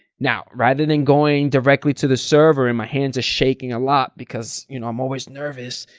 now, rather than going directly to the server and my hands are shaking a lot because you know i'm always nervous.